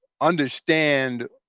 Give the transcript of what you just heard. understand